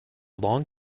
long